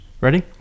Ready